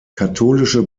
katholische